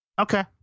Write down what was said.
Okay